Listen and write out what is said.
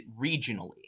regionally